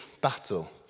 battle